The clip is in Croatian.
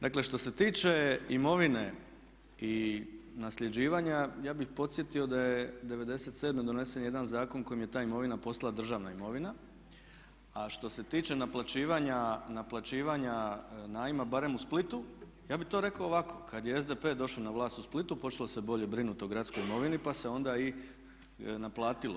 Dakle, što se tiče imovine i nasljeđivanja ja bih podsjetio da je '97. donesen jedan zakon kojom je ta imovina postala državna imovina a što se tiče naplaćivanja najma barem u Splitu ja bih to rekao ovako kad je SDP došao na vlast u Splitu počelo se bolje brinuti o gradskoj imovini pa se onda i naplatilo.